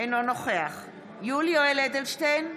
אינו נוכח יולי יואל אדלשטיין,